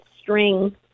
string